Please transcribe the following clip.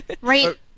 Right